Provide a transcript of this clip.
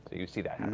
you see that and